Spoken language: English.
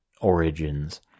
origins